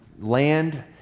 land